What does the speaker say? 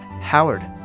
Howard